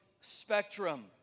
spectrum